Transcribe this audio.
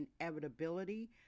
inevitability